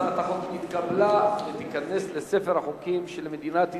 הצעת החוק נתקבלה ותיכנס לספר החוקים של מדינת ישראל.